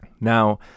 now